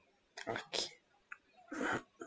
okay